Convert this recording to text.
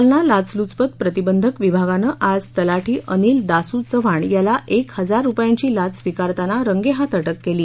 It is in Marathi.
जालना लाचलुचपत प्रतिबंधक विभागानं आज तलाठी अनिल दासु चव्हाण याला एक हजार रुपयांची लाच स्वीकारताना रंगेहाथ अटक केली